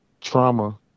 trauma